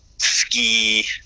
ski